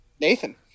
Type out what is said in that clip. Nathan